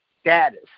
status